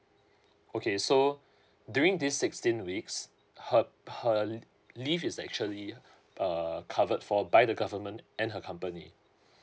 okay so during this sixteen weeks her her leave is actually uh covered for by the government and her company